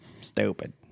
Stupid